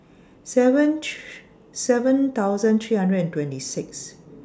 seven seven thousand three hundred and twenty Sixth